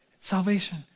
Salvation